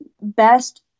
best